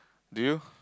do you